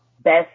Best